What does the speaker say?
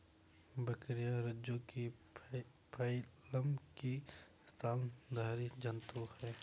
बकरियाँ रज्जुकी फाइलम की स्तनधारी जन्तु है